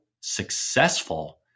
successful